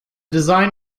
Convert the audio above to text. design